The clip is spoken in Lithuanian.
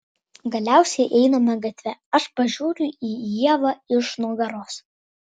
galiausiai einame gatve aš pažiūriu į ievą iš nugaros